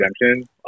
Redemption